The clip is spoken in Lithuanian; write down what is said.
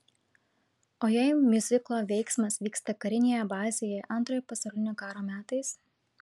o jei miuziklo veiksmas vyksta karinėje bazėje antrojo pasaulinio karo metais